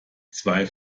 zwei